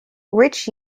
rich